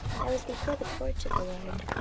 that was before the porch of the lord.